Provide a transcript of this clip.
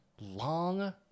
Long